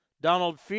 Donald